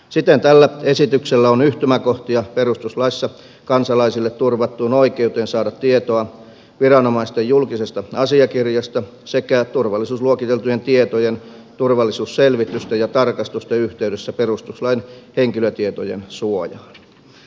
siten tällä esityksellä on yhtymäkohtia perustuslaissa kansalaisille turvattuun oikeuteen saada tietoa viranomaisten julkisesta asiakirjasta sekä turvallisuusluokiteltujen tietojen turvallisuusselvitysten ja tarkastusten yhteydessä perustuslain henkilötietojen suojaan